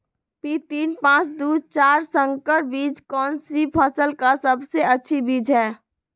P तीन पांच दू चार संकर बीज कौन सी फसल का सबसे अच्छी बीज है?